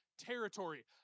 Territory